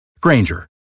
Granger